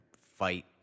fight